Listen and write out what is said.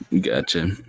gotcha